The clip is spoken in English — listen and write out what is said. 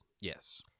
Yes